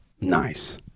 Nice